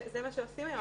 זה מה שעושים היום.